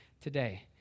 today